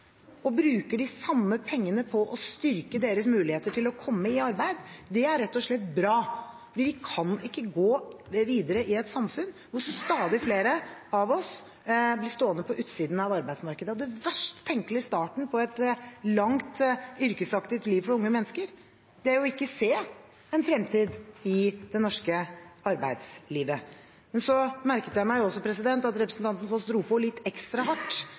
de samme pengene på å styrke deres muligheter til å komme i arbeid, er rett og slett bra. Vi kan ikke gå videre i et samfunn hvor stadig flere av oss blir stående på utsiden av arbeidsmarkedet. Den verst tenkelige starten på en langt yrkesaktivt liv for unge mennesker er å ikke se en fremtid i det norske arbeidslivet. Så merket jeg meg også at representanten Foss dro på litt ekstra hardt